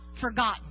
forgotten